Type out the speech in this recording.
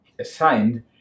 assigned